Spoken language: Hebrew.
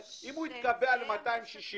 אם הוא התקבע על 280,